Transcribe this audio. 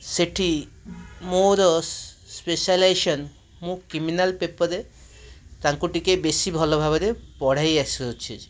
ସେଇଠି ମୋର ସ୍ପେସିଆଲାଇଜେସନ୍ ମୁଁ କ୍ରିମିନାଲ୍ ପେପର୍ରେ ତାଙ୍କୁ ଟିକିଏ ବେଶୀ ଭଲ ଭାବରେ ପଢ଼ାଇ ଆସୁଅଛି